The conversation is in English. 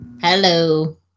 Hello